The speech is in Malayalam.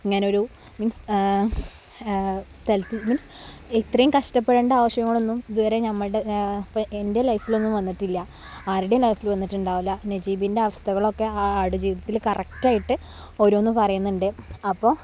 ഇങ്ങനൊരു മീന്സ് സ്ഥലത്തു നിന്നും ഇത്രയും കഷ്ടപ്പെടേണ്ട ആവശ്യങ്ങൾ ഒന്നും ഇതുവരെ ഞമ്മളുടെ എന്റെ ലൈഫിലൊന്നും വന്നിട്ടില്ല ആരുടെയും ലൈഫിൽ വന്നിട്ടുണ്ടാകില്ല നജീബിന്റെ അവസ്ഥകൾ ഒക്കെ ആടുജീവിതത്തില് കറക്റ്റ് ആയിട്ട് ഓരോന്ന് പറയുന്നുണ്ട് അപ്പോൾ